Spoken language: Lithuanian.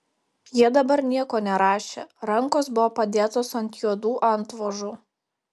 jie dabar nieko nerašė rankos buvo padėtos ant juodų antvožų